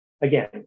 Again